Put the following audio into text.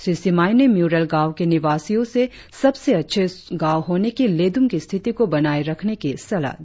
श्री सिमाइ ने म्यूरल गांव के निवासियो को सबसे स्वच्छ गाँव होने की लेड़ुम की स्थिति को बनाए रखने की सलाह दी